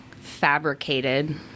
fabricated